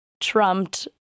trumped